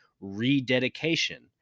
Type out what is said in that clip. rededication